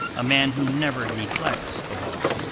a man who never neglects the law.